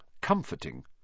comforting—